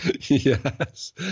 Yes